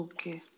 Okay